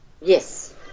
Yes